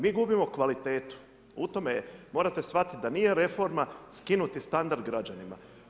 Mi gubimo kvalitetu, u tome je, morate shvatiti da nije reforma skinuti standard građanima.